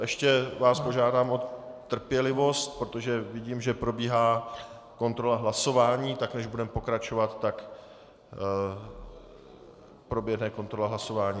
Ještě vás požádám o trpělivost, protože vidím, že probíhá kontrola hlasování, tak než budeme pokračovat, proběhne kontrola hlasování.